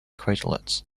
craterlets